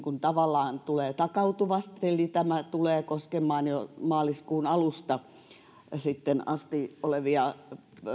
tavallaan tulee takautuvasti eli tämä tulee koskemaan jo maaliskuun alusta asti olevia